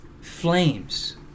flames